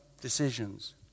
decisions